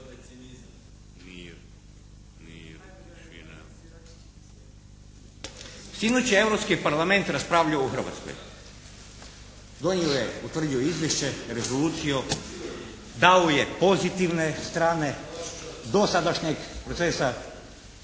Sinoć je Europski parlament raspravljao o Hrvatskoj. Donio je, potvrdio je izvješće, rezoluciju, dao je pozitivne strane dosadašnjeg procesa,